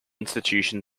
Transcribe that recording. institution